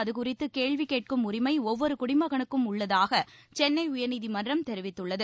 அது குறித்து கேள்வி கேட்கும் உரிமை ஒவ்வொரு குடிமகனுக்கும் உள்ளதாக சென்னை உயர்நீதிமன்றம் தெரிவித்துள்ளது